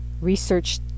research